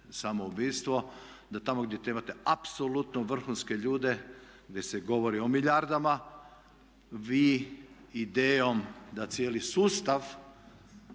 samoubojstvo. Da tamo gdje trebate apsolutno vrhunske ljude, gdje se govorio o milijardama vi idejom da cijeli sustav